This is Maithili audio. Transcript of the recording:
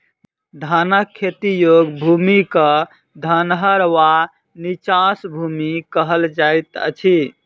धानक खेती योग्य भूमि क धनहर वा नीचाँस भूमि कहल जाइत अछि